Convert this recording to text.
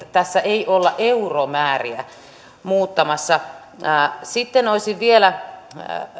tässä ei olla euromääriä muuttamassa sitten olisin vielä